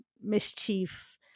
mischief